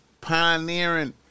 pioneering